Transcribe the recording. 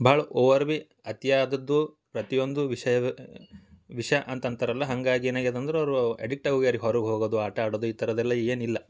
ಭಾಳ ಓವರ್ ಬಿ ಅತಿಯಾದದ್ದು ಪ್ರತಿಯೊಂದು ವಿಷಯವೂ ವಿಷ ಅಂತ ಅಂತಾರಲ್ವ ಹಂಗಾಗಿ ಏನಾಗಿದ್ ಅಂದ್ರೆ ಅವರೂ ಅಡಿಕ್ಟಾಗಿ ಹೋಗ್ಯಾರೆ ಹೊರಗೆ ಹೋಗೋದು ಆಟ ಆಡೋದು ಈ ಥರದ್ದೆಲ್ಲ ಏನಿಲ್ಲ